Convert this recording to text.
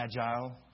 agile